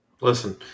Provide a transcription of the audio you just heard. Listen